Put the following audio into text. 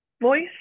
voice